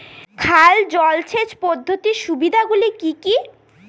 খাল জলসেচ পদ্ধতির সুবিধাগুলি কি কি?